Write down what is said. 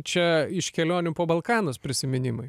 čia iš kelionių po balkanus prisiminimai